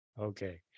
Okay